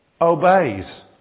obeys